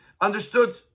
understood